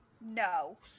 No